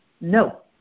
No